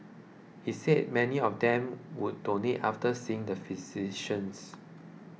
he said many of them would donate after seeing the physicians